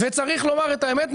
וצריך לומר את האמת,